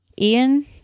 Ian